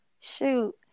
Shoot